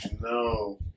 No